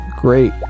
Great